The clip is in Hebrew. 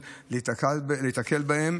אחד הדברים שבאמת מתסכלים.